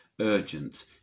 urgent